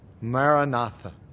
Maranatha